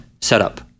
setup